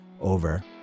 over